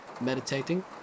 Meditating